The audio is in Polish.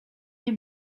nie